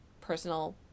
personal